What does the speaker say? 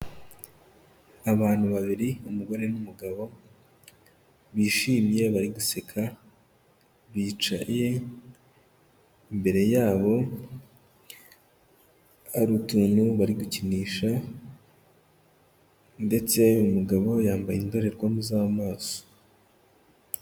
Abantu babiri umugore n'umugabo, bishimye bari guseka bicaye, imbere yabo hari uutuntu bari gukinisha, ndetse umugabo yambaye indorerwamo z'amaso.